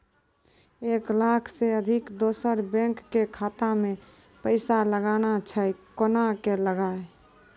एक लाख से अधिक दोसर बैंक के खाता मे पैसा लगाना छै कोना के लगाए?